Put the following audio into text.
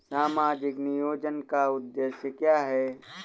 सामाजिक नियोजन का उद्देश्य क्या है?